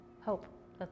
hope